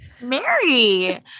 Mary